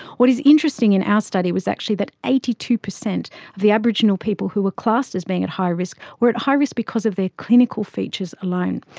what is interesting in our study was actually that eighty two percent of the aboriginal people who were classed as being at high risk were at high risk because of their clinical features alone.